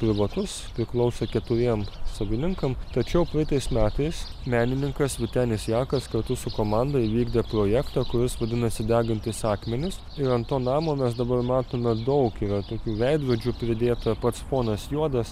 privatus priklauso keturiem savininkam tačiau praeitais metais menininkas vytenis jakas kartu su komanda įvykdė projektą kuris vadinasi degantys akmenys ir ant to namo mes dabar matome daug yra tokių veidrodžių pridėta pats fonas juodas